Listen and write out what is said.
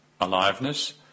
aliveness